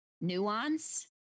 nuance